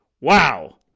Wow